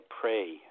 pray